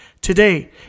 Today